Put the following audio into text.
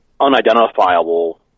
unidentifiable